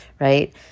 right